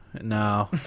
No